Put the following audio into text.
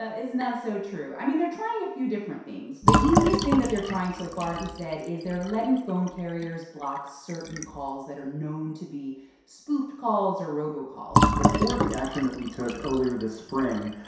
ah not so true. i mean, they're trying a few different things. the easiest thing that they're trying so far, he said, is they're letting phone carriers block certain calls that are known to be spoofed calls or robocalls before the action that we took earlier this spring,